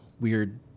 weird